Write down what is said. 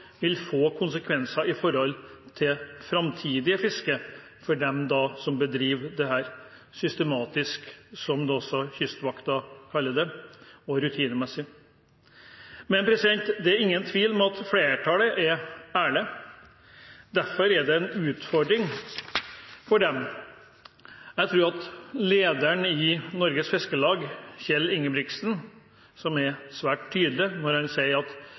vil få konsekvenser for framtidig fiske for dem som bedriver dette «systematisk» – som Kystvakten kaller det – og rutinemessig. Det er ingen tvil om at flertallet er ærlig. Derfor er det en utfordring for dem. Lederen i Norges Fiskarlag, Kjell Ingebrigtsen, er svært tydelig når han sier: Vi tar avstand fra det å kaste fisk over bord. Vårt mål er at